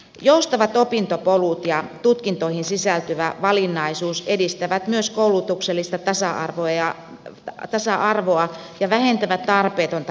joustavat opintopolut ja tutkintoihin sisältyvä valinnaisuus edistävät myös koulutuksellista tasa arvoa ja vähentävät tarpeetonta moninkertaista koulutusta